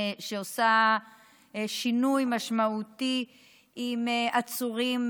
שעושה שינוי משמעותי עם עצורים,